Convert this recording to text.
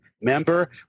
Remember